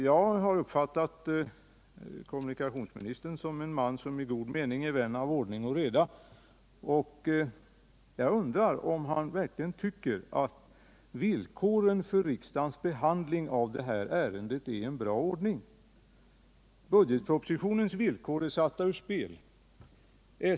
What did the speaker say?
Jag har uppfattat kommunikationsministern som en man vilken — i god mening — är en vän av ordning och reda, och jag undrar om han verkligen tycker att villkoren för riksdagens behandling av detta ärende innebär en bra ordning. Budgetpropositionens villkor är satta ur spel.